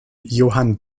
johann